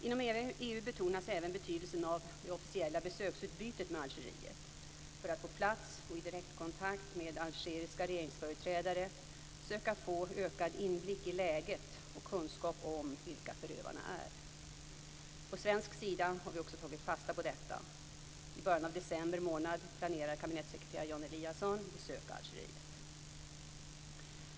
Inom EU betonas även betydelsen av det officiella besöksutbytet med Algeriet, för att på plats och i direktkontakt med algeriska regeringsföreträdare söka få ökad inblick i läget och kunskap om vilka förövarna är. På svensk sida har vi också tagit fasta på detta. I början av december månad planerar kabinetssekreteraren Jan Eliasson besöka Algeriet.